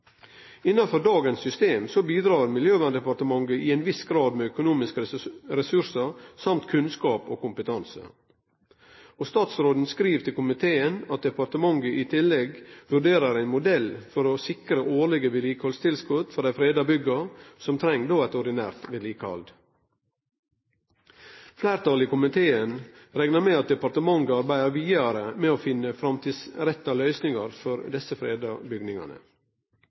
Innanfor dagens system bidreg Miljøverndepartementet i ein viss grad med økonomiske ressursar samt kunnskap og kompetanse. Statsråden skriv til komiteen at departementet i tillegg vurderer ein modell for å sikre årlege vedlikehaldstilskot for dei freda bygga som treng eit ordinært vedlikehald. Fleirtalet i komiteen reknar med at departementet arbeider vidare med å finne framtidsretta løysingar for desse freda bygningane.